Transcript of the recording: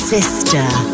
Sister